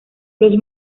los